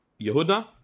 Yehuda